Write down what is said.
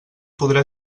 podrà